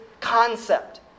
concept